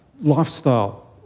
lifestyle